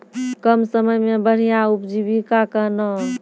कम समय मे बढ़िया उपजीविका कहना?